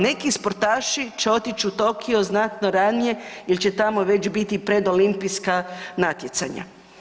Neki sportaši će otići u Tokio znatno ranije jer će tamo već biti predolimpijska natjecanja.